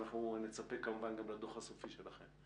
ואנחנו נצפה כמובן גם לדוח הסופי שלכם.